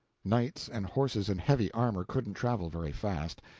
knights and horses in heavy armor couldn't travel very fast.